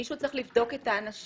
מישהו צריך לבדוק את האנשים.